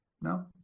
No